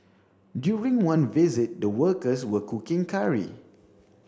during one visit the workers were cooking curry